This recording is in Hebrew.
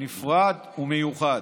נפרד ומיוחד,